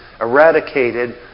eradicated